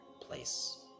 place